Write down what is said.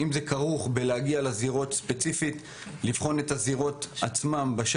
כולל הגעה ספציפית לזירה ובחינה של הזירה בשטח.